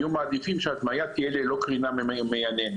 היה מעדיף שההדמיה תהיה ללא קרינה מייננת.